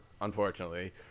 unfortunately